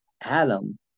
adam